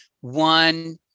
one